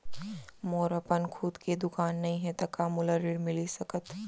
मोर अपन खुद के दुकान नई हे त का मोला ऋण मिलिस सकत?